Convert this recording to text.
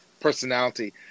personality